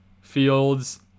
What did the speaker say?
fields